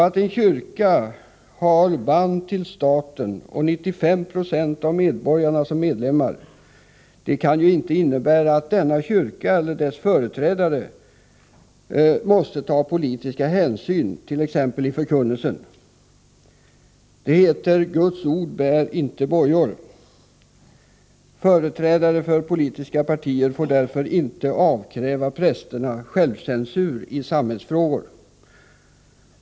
Att en kyrka har band till staten, med 95 90 av medborgarna som medlemmar, innebär inte att denna kyrka eller dess företrädare måste ta politiska hänsyn t.ex. i förkunnelsen. Guds ord bär icke bojor, heter det. Företrädare för politiska partier får därför inte avkräva prästerna självcensur i samhällsfrågor.